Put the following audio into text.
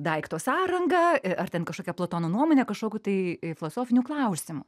daikto sąrangą ar ten kažkokią platono nuomonę kažkokiu tai filosofiniu klausimu